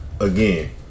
Again